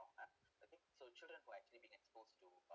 wrong ah okay so children who actually been exposed to uh